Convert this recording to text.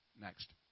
Next